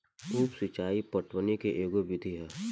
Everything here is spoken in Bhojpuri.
उप सिचाई पटवनी के एगो विधि ह